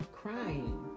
crying